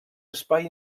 espai